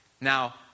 Now